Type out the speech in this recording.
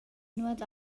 nuot